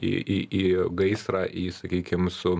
į į į gaisrą į sakykim su